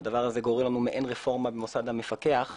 שהדבר הזה גורר מעין רפורמה במוסד המפקח,